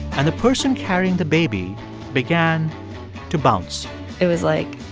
and the person carrying the baby began to bounce it was like